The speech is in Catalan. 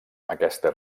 aquesta